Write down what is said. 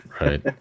Right